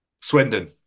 Swindon